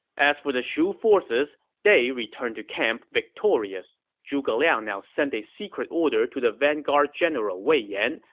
as for the shu forces, they returned to camp victorious. zhuge liang now sent a secret order to the vanguard general wei yan,